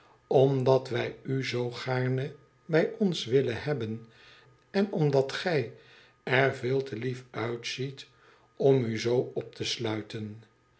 tomdat wij u zoo gaarne bij ons willen hebben en omdat gij er veel te lief uitziet om u zoo op te sluiten